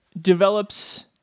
develops